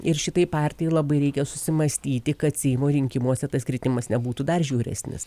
ir šitai partijai labai reikia susimąstyti kad seimo rinkimuose tas kritimas nebūtų dar žiauresnis